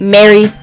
Mary